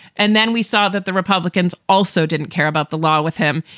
and then we saw that the republicans also didn't care about the law with him.